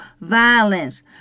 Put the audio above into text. violence